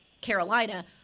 Carolina